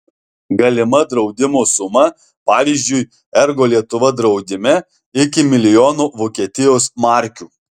galima draudimo suma pavyzdžiui ergo lietuva draudime iki milijono vokietijos markių